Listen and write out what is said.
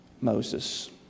Moses